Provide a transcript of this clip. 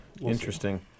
interesting